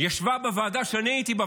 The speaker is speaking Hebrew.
ישבה בוועדה שאני הייתי בה,